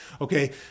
okay